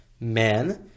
man